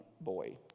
boy